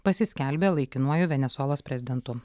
pasiskelbė laikinuoju venesuelos prezidentu